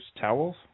towels